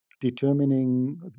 determining